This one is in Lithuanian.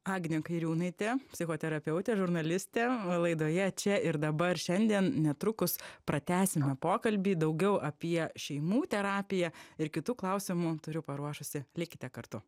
agnė kairiūnaitė psichoterapeutė žurnalistė laidoje čia ir dabar šiandien netrukus pratęsime pokalbį daugiau apie šeimų terapiją ir kitų klausimų turiu paruošusi likite kartu